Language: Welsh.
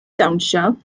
dawnsio